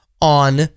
on